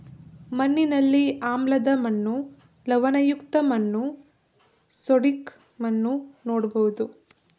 ಮಣ್ಣಿನಲ್ಲಿ ಆಮ್ಲದ ಮಣ್ಣು, ಲವಣಯುಕ್ತ ಮಣ್ಣು, ಸೋಡಿಕ್ ಮಣ್ಣು ನೋಡ್ಬೋದು